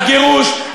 הגירוש,